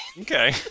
Okay